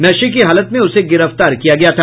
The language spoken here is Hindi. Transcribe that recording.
नशे की हालत में उसे गिरफ्तार किया गया था